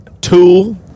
tool